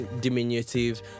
diminutive